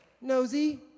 nosy